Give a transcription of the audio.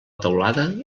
teulada